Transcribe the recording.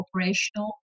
operational